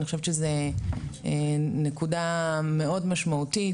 אני חושבת שזו נקודה מאוד משמעותית.